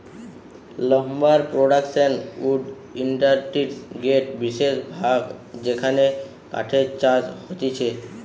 lumber production wood ইন্ডাস্ট্রির গটে বিশেষ ভাগ যেখানে কাঠের চাষ হতিছে